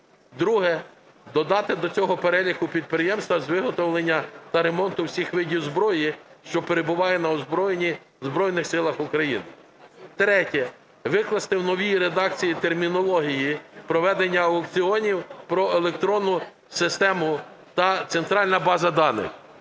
Друге. Додати до цього переліку підприємства з виготовлення та ремонту всіх видів зброї, що перебуває на озброєнні в Збройних Силах України. Третє. Викласти в новій редакції термінології "проведення аукціонів" "про електронну систему" та "центральна база даних".